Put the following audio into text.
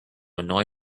annoy